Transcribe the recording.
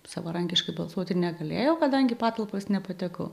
savarankiškai balsuoti negalėjau kadangi patalpas nepatekau